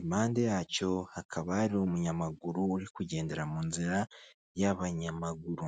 impande yacyo hakaba hari umunyamaguru uri kugendera mu nzira y'abanyamaguru.